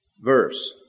verse